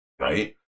Right